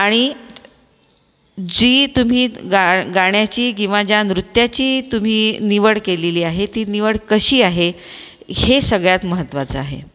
आणि जी तुम्ही गा गाण्याची किंवा ज्या नृत्याची तुम्ही निवड केलेली आहे ती निवड कशी आहे हे सगळ्यात महत्वाचं आहे